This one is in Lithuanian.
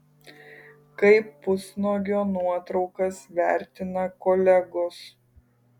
kaip pusnuogio nuotraukas vertina kolegos